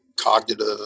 cognitive